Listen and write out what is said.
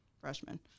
freshman